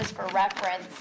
for reference,